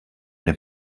dem